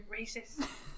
racist